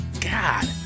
God